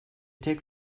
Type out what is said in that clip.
tek